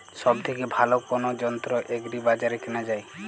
সব থেকে ভালো কোনো যন্ত্র এগ্রি বাজারে কেনা যায়?